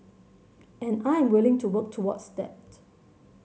and I am willing to work towards that